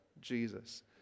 Jesus